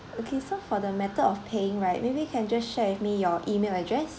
okay so for the matter of paying right maybe you can just share with me your email address